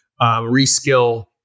reskill